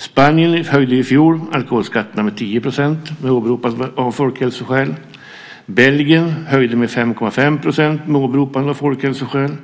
Spanien höjde i fjol alkoholskatterna med 10 % med åberopande av folkhälsoskäl. Belgien höjde med 5,5 % med åberopande av folkhälsoskäl.